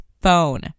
phone